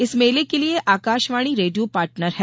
इस मेले के लिए आकाशवाणी रेडियो पार्टनर है